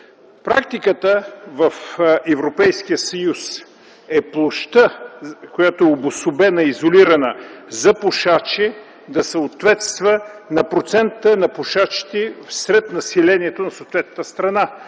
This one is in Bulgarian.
Практиката в Европейския съюз е площта, която е обособена и изолирана за пушачи, да съответства на процента на пушачите сред населението на съответната страна.